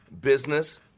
business